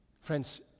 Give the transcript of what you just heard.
Friends